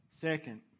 Second